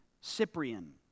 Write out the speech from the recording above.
Cyprian